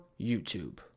YouTube